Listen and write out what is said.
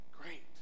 great